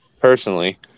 Personally